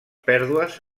pèrdues